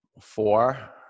Four